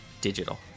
digital